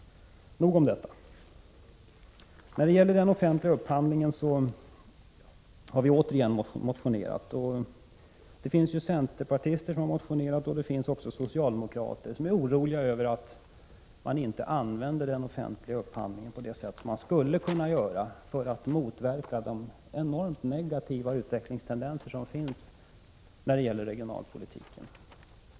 Nog om detta. När det gäller den offentliga upphandlingen har vi återigen motionerat. Det finns också centerpartister som har motionerat och det finns socialdemokrater som är oroliga över att man inte använder den offentliga upphandlingen på det sätt som man skulle kunna göra för att motverka de enormt negativa utvecklingstendenser som förekommer inom regionalpolitiken.